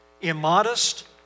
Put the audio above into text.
immodest